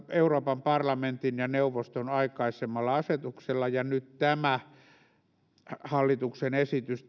euroopan parlamentin ja neuvoston aikaisemmalla asetuksella ja nyt tämä hallituksen esitys